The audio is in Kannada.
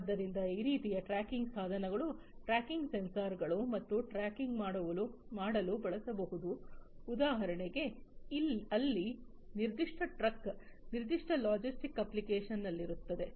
ಆದ್ದರಿಂದ ಈ ರೀತಿಯ ಟ್ರ್ಯಾಕಿಂಗ್ ಸಾಧನಗಳು ಟ್ರ್ಯಾಕಿಂಗ್ ಸೆನ್ಸಾರ್ಗಳು ಮತ್ತು ಟ್ರ್ಯಾಕ್ ಮಾಡಲು ಬಳಸಬಹುದು ಉದಾಹರಣೆಗೆ ಅಲ್ಲಿ ನಿರ್ದಿಷ್ಟ ಟ್ರಕ್ ನಿರ್ದಿಷ್ಟ ಲಾಜಿಸ್ಟಿಕ್ ಅಪ್ಲಿಕೇಶನ್ನಲ್ಲಿರುತ್ತದೆ